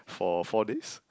for four days